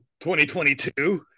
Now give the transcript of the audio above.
2022